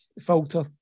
filter